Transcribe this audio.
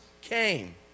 came